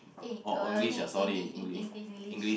eh on~ only in in Eng~ English